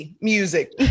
music